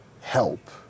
help